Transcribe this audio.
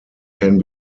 can